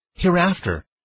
Hereafter